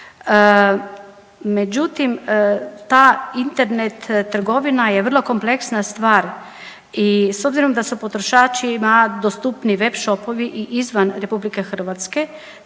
međutim ta Internet trgovina je vrlo kompleksna stvar i s obzirom da su potrošačima dostupniji web shopovi i izvan RH te da su